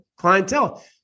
clientele